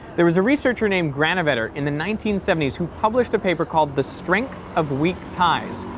there was a researcher named granovetter in the nineteen seventy s who published a paper called the strength of weak ties,